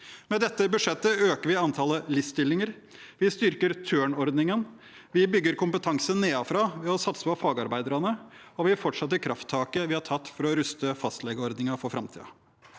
Med dette budsjettet øker vi antallet LIS-stillinger, vi styrker Tørnordningen, vi bygger kompetanse nedenfra ved å satse på fagarbeiderne, og vi fortsetter krafttaket vi har tatt for å ruste fastlegeordningen for framtiden.